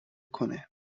کنه